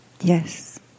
Yes